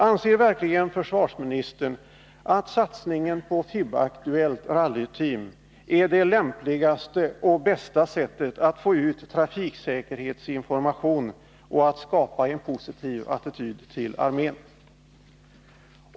Anser verkligen försvarsministern att satsningen på FIB-Aktuellt Rally Team är det lämpligaste och bästa sättet att få ut trafiksäkerhetsinformation och att skapa en positiv attityd till armén?